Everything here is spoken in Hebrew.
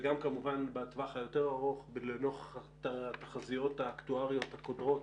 וגם כמובן בטווח היותר ארוך לנוכח התחזיות האקטואריות הקודרות